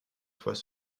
fois